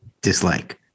dislike